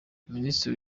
minisiteri